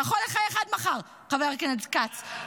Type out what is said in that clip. אתה יכול לחייך עד מחר, חבר הכנסת כץ.